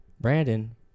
Brandon